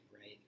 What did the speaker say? right